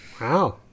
wow